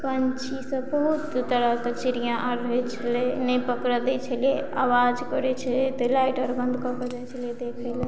पञ्छीसँ बहुत तरहसँ चिड़िया आर होइ छलै नहि पकड़ऽ दै छलै आवाज करय छलै तऽ लाइट आर बन्द कऽ कऽ जाइ छलियै देखय लए